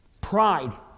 Pride